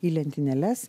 į lentynėles